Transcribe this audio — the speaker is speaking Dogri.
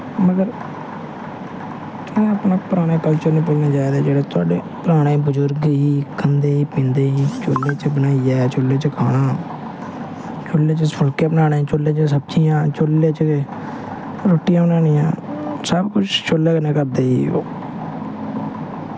मगर तुसें अपने पराने कल्चर निं भुल्लने चाहिदे जेह्ड़े थुआढ़े पराने बजुर्ग हे खंदे पींदे ही चूह्ले च बनाइयै चूह्ले च खाना चूह्ले च गै फुल्के बनाने चूह्ले च गै सब्जियां चूह्ले च गै रुट्टियां बनानियां सब किश चूह्ले कन्नै करदे हे ओह्